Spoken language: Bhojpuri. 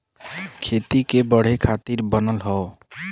खेती के बढ़े खातिर बनल हौ